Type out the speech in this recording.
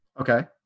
Okay